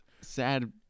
sad